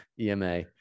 EMA